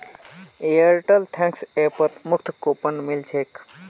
Airtel thanks ऐपत मुफ्त coupon मिल छेक